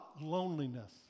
loneliness